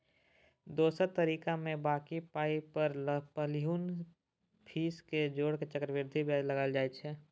दोसर तरीकामे बॉकी पाइ पर पहिलुका फीस केँ जोड़ि केँ चक्रबृद्धि बियाज लगाएल जाइ छै